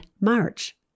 March